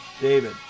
David